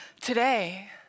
today